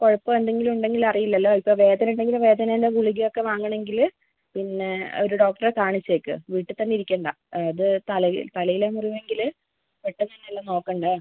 കുഴപ്പം എന്തെങ്കിലും ഉണ്ടെങ്കിൽ അറിയില്ലല്ലോ ഇപ്പം വേദന ഉണ്ടെങ്കിലും വേദനേൻ്റ ഗുളിക ഒക്കെ വാങ്ങണമെങ്കിൽ പിന്നെ ഒരു ഡോക്ടറെ കാണിച്ചേക്ക് വീട്ടിൽ തന്നെ ഇരിക്കേണ്ട അത് തലയിൽ തലയിലാണ് മുറിവ് എങ്കിൽ പെട്ടെന്നുതന്നെ എല്ലം നോക്കേണ്ടേ